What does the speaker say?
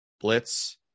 blitz